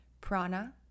Prana